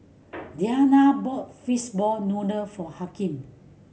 Dianna bought fishball noodle for Hakim